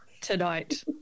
tonight